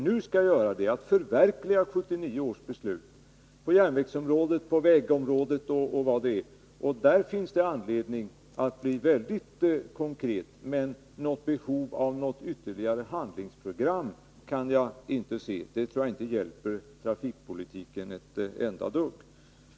Nu skall vi förverkliga det beslutet — på järnvägsområdet, på vägområdet osv. Och då finns det anledning att bli väldigt konkret. Men något behov av ytterligare handlingsprogram kan jag inte se —det tror jag inte hjälper trafikpolitiken ett dugg.